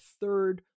third